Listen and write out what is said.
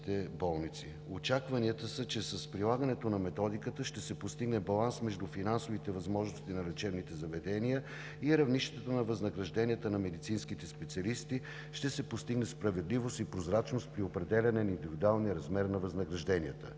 са, че с прилагането на Методиката ще се постигне баланс между финансовите възможности на лечебните заведения и равнището на възнагражденията на медицинските специалисти, ще се постигне прозрачност и справедливост при определяне на индивидуалния размер на възнагражденията.